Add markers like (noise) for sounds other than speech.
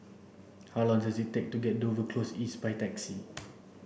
how long does it take to get to Dover Close East by taxi (noise)